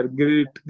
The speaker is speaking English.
great